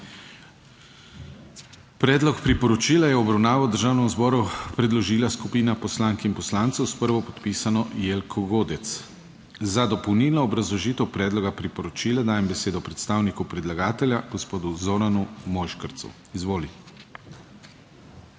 Predlog priporočila je v obravnavo Državnemu zboru predložila skupina poslank in poslancev s prvopodpisano Jelko Godec. Za dopolnilno obrazložitev predloga priporočila dajem besedo predstavniku predlagatelja, gospodu Zoranu Mojškercu. Izvoli.